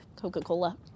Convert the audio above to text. Coca-Cola